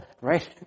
right